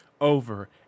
over